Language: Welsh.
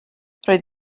roedd